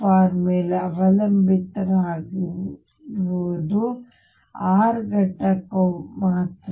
V ಮೇಲೆ ಅವಲಂಬಿತವಾಗಿರುವುದು r ಘಟಕದೊಂದಿಗೆ ಮಾತ್ರ